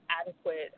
adequate